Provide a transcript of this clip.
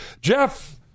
Jeff